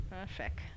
Perfect